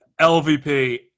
LVP